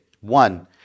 One